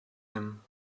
him